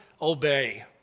obey